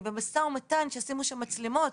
אני במשא ומתן שישימו שם מצלמות,